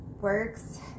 works